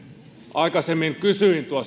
aikaisemmin kysyin